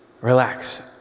relax